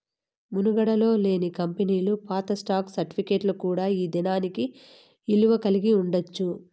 మనుగడలో లేని కంపెనీలు పాత స్టాక్ సర్టిఫికేట్ కూడా ఈ దినానికి ఇలువ కలిగి ఉండచ్చు